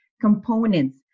components